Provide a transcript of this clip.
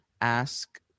ask